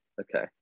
okay